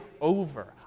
over